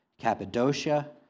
Cappadocia